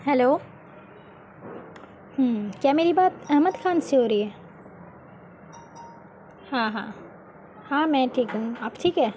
hello کیا میری بات احمد خان سے ہو رہی ہے ہاں ہاں ہاں میں ٹھیک ہوں آپ ٹھیک ہے